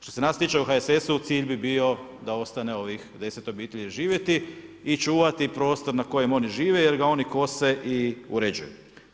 Što se nas tiče u HSS-u cilj bi bio da ostane ovih 10 obitelji živjeti i čuvati prostor na kojem oni žive jer ga oni kose i uređuju.